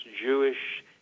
Jewish